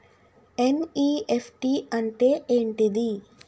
NEFT అంటే ఏంటిది?